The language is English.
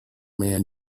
man